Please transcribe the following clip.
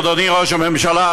אדוני ראש הממשלה,